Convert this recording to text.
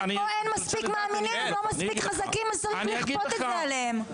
פה אין מספיק מאמינים ולא מספיק חזקים אז צריך לכפות את זה עליהם.